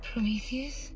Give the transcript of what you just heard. Prometheus